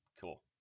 cool